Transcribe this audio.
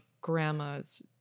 grandma's